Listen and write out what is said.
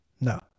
no